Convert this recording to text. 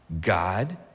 God